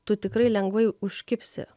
tu tikrai lengvai užkibsi